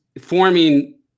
forming